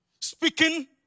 speaking